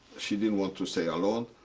she didn't want to stay alone.